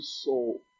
soul